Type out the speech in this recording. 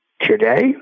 today